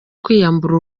kwiyambura